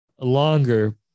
Longer